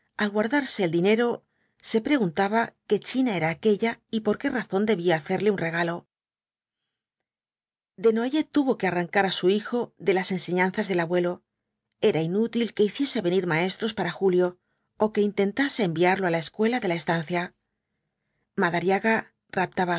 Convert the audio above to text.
al guardarse el dinero se preguntaba qué china era aquella y por qué razón debía hacerle un regalo desnoyers tuvo que arrancar á su hijo de las enseñanzas del abuelo era inútil que hiciese venir maestros para julio ó que intentase enviarlo á la escuela de la estancia madariaga raptaba